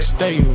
Stay